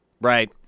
Right